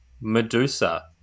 Medusa